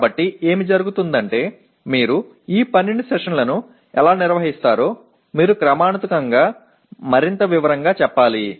కాబట్టి ఏమి జరుగుతుందంటే మీరు ఈ 12 సెషన్లను ఎలా నిర్వహిస్తారో మీరు క్రమానుగతంగా మరింత వివరంగా చెప్పాలి